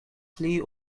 pli